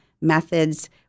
methods